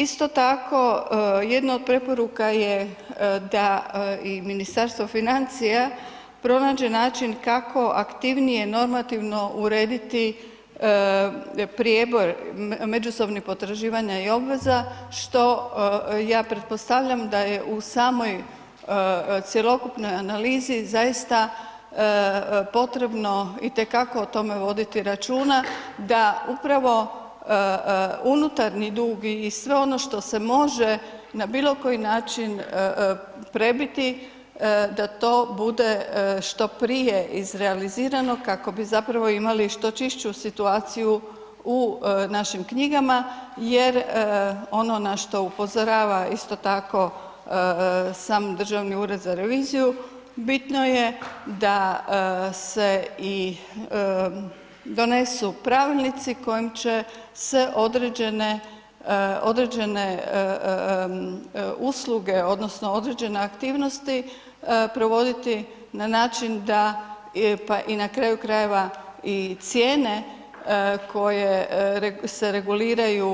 Isto tako jedna od preporuka je da i Ministarstvo financija pronađe način kako aktivnije normativno urediti prijeboj međusobnih potraživanja i obveza, što ja pretpostavljam da je u samoj cjelokupnoj analizi zaista potrebno i te kako o tome voditi računa, da upravo unutarnji dug i sve ono što se može na bilo koji način prebiti da to bude što prije izrealizirano kako bi zapravo imali što čišću situaciju u našim knjigama, jer ono na što upozorava isto tako sam Državni ured za reviziju bitno je da se i donesu pravilnici kojim će se određene, određene usluge odnosno određene aktivnosti provoditi na način da, pa i na kraju krajeva i cijene koje se reguliraju